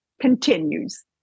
continues